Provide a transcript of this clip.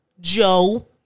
Joe